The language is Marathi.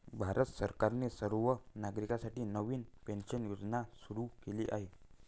भारत सरकारने सर्व नागरिकांसाठी नवीन पेन्शन योजना सुरू केली आहे